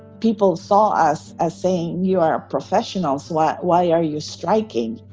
people saw us as saying, you are professionals. what? why are you striking?